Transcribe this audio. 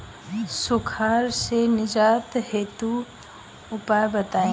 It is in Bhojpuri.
सुखार से निजात हेतु उपाय बताई?